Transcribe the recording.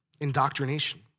indoctrination